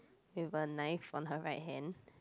with a knife on her right hand